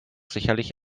sicherlich